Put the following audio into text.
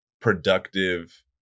productive